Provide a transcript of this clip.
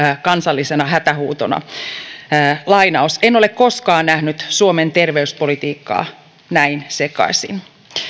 kansallisena hätähuutona en ole koskaan nähnyt suomen terveyspolitiikkaa näin sekaisin